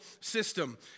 system